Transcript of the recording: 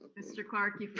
mr. clark, you